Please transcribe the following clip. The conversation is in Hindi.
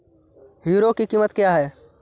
हीरो की कीमत क्या है?